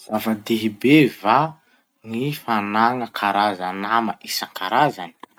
Zava-dehibe va ny fanagna karaza-nama isan-karazany?